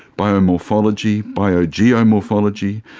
biomorphology, biogeomorphology,